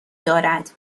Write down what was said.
دارد